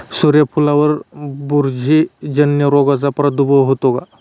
सूर्यफुलावर बुरशीजन्य रोगाचा प्रादुर्भाव होतो का?